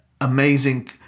amazing